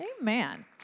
Amen